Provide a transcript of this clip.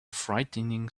frightening